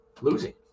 Losing